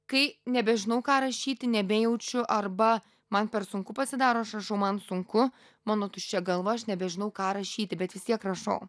kai nebežinau ką rašyti nebejaučiu arba man per sunku pasidaro aš rašau man sunku mano tuščia galva aš nebežinau ką rašyti bet vis tiek rašau